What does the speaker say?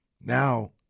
Now